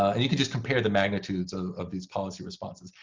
and you can just compare the magnitudes of these policy responses.